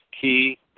key